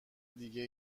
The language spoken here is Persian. دیگه